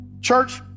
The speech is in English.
Church